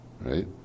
right